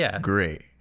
great